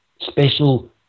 special